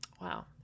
Wow